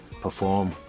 perform